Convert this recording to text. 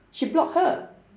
she block her